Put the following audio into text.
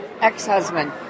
ex-husband